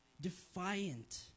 defiant